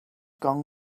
gone